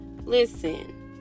listen